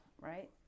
right